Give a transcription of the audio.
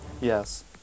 Yes